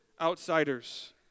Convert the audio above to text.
outsiders